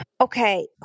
okay